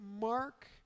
Mark